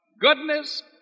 Goodness